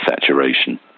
saturation